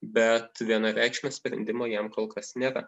bet vienareikšmio sprendimo jam kol kas nėra